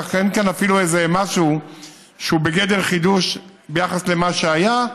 כך שאין כאן אפילו איזה משהו שהוא בגדר חידוש ביחס למה שהיה,